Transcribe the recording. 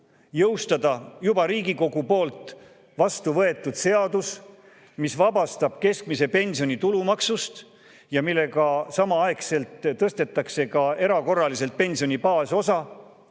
jõustada juba Riigikogu poolt vastuvõetud seadus, mis vabastab keskmise pensioni tulumaksust ja millega samaaegselt tõstetaks erakorraliselt ka pensioni baasosa